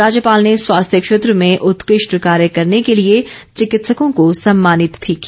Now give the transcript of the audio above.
राज्यपाल ने स्वास्थ्य क्षेत्र में उत्कृष्ट कार्य करने के लिए चिकित्सकों को सम्मानित भी किया